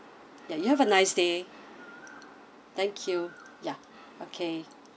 ya you have a nice day thank you ya okay